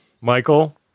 Michael